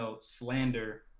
slander